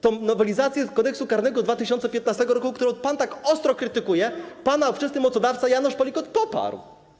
Tę nowelizację Kodeksu karnego z 2015 r., którą pan tak ostro krytykuje, pana ówczesny mocodawca Janusz Palikot poparł.